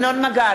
נגד ינון מגל,